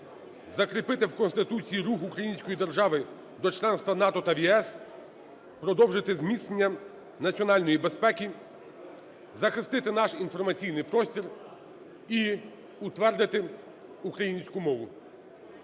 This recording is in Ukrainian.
закріпити в Конституції рух української держави до членства в НАТО та в ЄС, продовжити зміцнення національної безпеки, захистити інформаційний простір і утвердити українську мову.